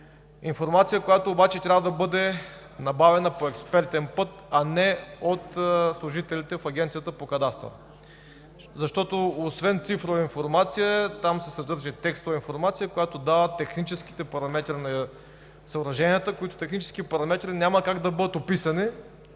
Информация, която обаче трябва да бъде набавена по експертен път, а не от служителите в Агенцията по кадастър, защото, освен цифрова информация, там се съдържа и текстова информация, която дава техническите параметри на съоръженията, които технически параметри няма как да бъдат описани